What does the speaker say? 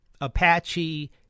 Apache